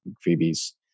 phoebes